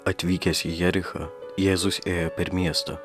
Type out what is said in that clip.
atvykęs į jerichą jėzus ėjo per miestą